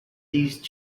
these